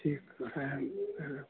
ठीकु आहे ऐं ऐं